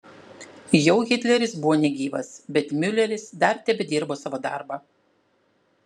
jau hitleris buvo negyvas bet miuleris dar tebedirbo savo darbą